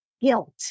guilt